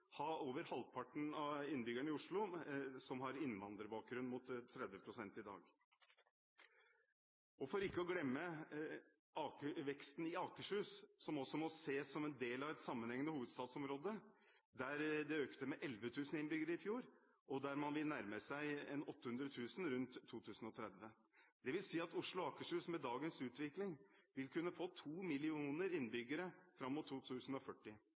over halvparten av innbyggerne i Oslo ha innvandrerbakgrunn, mot 30 pst. i dag. Og for ikke å glemme veksten i Akershus, som også må ses som en del av et sammenhengende hovedstadsområde: Der økte folketallet med 11 000 innbyggere i fjor, og man vil nærme seg 800 000 rundt 2030. Det vil si at Oslo og Akershus, med dagens utvikling, vil kunne få 2 millioner innbyggere fram mot 2040.